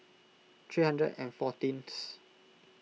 three hundred and fourteenth